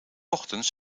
ochtends